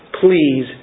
please